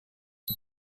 der